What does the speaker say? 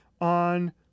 on